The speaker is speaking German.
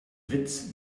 witz